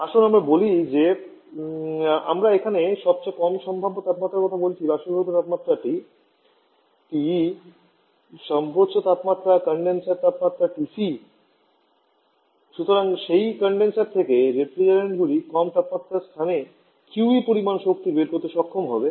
আসুন আমরা বলি যে আমরা এখানে সবচেয়ে কম সম্ভাব্য তাপমাত্রার কথা বলছি বাষ্পীভূত তাপমাত্রা TE সর্বোচ্চ তাপমাত্রা কনডেনসার তাপমাত্রা TC সুতরাং সেই কনডেনসার থেকে রেফ্রিজারেন্টগুলি কম তাপমাত্রার স্থান থেকে কিউই পরিমাণ শক্তি বের করতে সক্ষম হবে